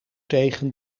tegen